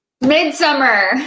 Midsummer